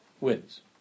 wins